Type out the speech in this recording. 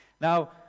Now